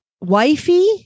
wifey